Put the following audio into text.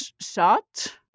shot